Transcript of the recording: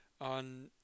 on